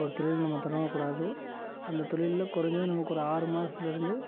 ஒரு தொழில் நம்ம தொடங்கக் கூடாது அந்தத் தொழிலில் கொறைஞ்சது நமக்கு ஒரு ஆறு மாசத்தில் இருந்து